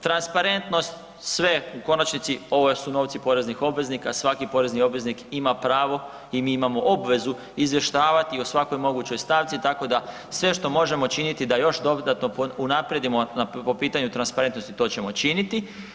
Transparentnost sve, u konačnici ovo su novci poreznih obveznika a svaki porezni obveznik ima pravo i mi imamo obvezu izvještavati o svakoj mogućoj stavci tako da sve što možemo činiti je da još dodatno unaprijedimo a po pitanju transparentnosti to ćemo činiti.